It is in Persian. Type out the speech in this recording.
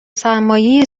سرمایهی